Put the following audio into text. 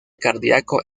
cardíaco